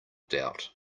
doubt